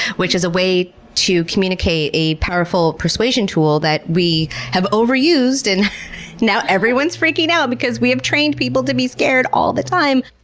which is a way to communicate a powerful persuasion tool that we have overused and now everyone's freaking out because we have trained people to be scared all the time!